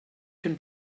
can